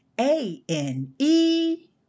A-N-E